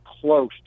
close